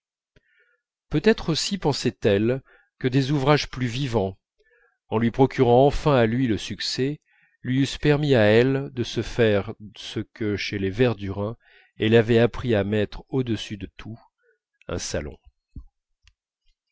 peut-être aussi pensait-elle que les ouvrages plus vivants en lui procurant enfin à lui le succès lui eussent permis à elle de se faire ce que chez les verdurin elle avait appris à mettre au-dessus de tout un salon